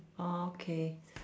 ah okay